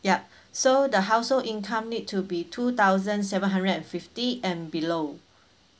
yup so the household income need to be two thousand seven hundred and fifty and below